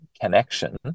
connection